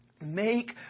make